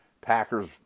Packers